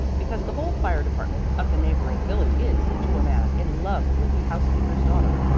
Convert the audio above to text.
because the whole fire department of the neighboring village is, to a man, in love with the house-keeper's daughter,